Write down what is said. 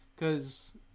Cause